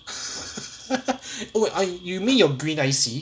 oh wait uh you mean your green I_C